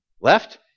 left